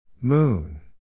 Moon